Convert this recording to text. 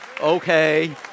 Okay